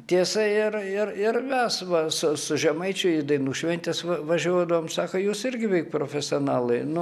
tiesa ir ir ir mes va su žemaičiu į dainų šventes va važiuodavom sako jūs irgi profesionalai nu